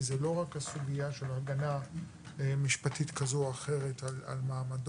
כי זה לא רק הסוגיה של הגנה משפטית כזו או אחרת על מעמדו,